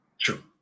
True